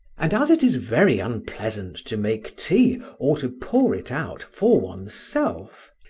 and as it is very unpleasant to make tea or to pour it out for oneself,